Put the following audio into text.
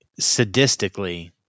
sadistically